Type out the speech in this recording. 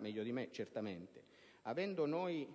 meglio di me, avendo noi